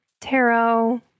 Tarot